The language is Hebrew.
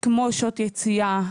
כמו שעות יציאה,